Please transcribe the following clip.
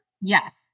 Yes